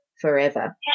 forever